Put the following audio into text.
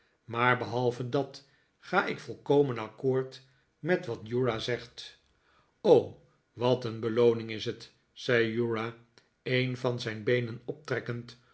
maar behalve dat ga ik volkomen accoord met wat uriah zegt wat een belooning is het zei uriah een van zijn beenen optrekkend